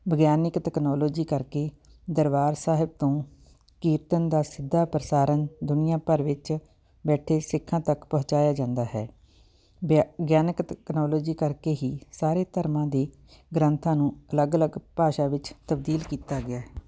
ਵਿਗਿਆਨਿਕ ਤਕਨੋਲੋਜੀ ਕਰਕੇ ਦਰਬਾਰ ਸਾਹਿਬ ਤੋਂ ਕੀਰਤਨ ਦਾ ਸਿੱਧਾ ਪ੍ਰਸਾਰਨ ਦੁਨੀਆ ਭਰ ਵਿੱਚ ਬੈਠੇ ਸਿੱਖਾਂ ਤੱਕ ਪਹੁੰਚਾਇਆ ਜਾਂਦਾ ਹੈ ਵਿਗਿਆਨਿਕ ਤਕਨੋਲੋਜੀ ਕਰਕੇ ਹੀ ਸਾਰੇ ਧਰਮਾਂ ਦੇ ਗ੍ਰੰਥਾਂ ਨੂੰ ਅਲੱਗ ਅਲੱਗ ਭਾਸ਼ਾ ਵਿੱਚ ਤਬਦੀਲ ਕੀਤਾ ਗਿਆ